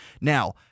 Now